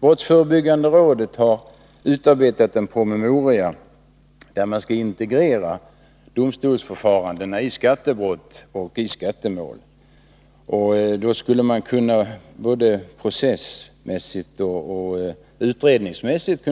Brottsförebyggande rådet har utarbetat en promemoria om att integrera domstolsförfarandena i skattebrott och i skattemål. Då skulle de här båda handläggningarna kunna följas åt både processmässigt och utredningsmässigt.